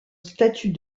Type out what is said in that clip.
statut